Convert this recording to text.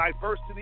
diversity